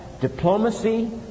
diplomacy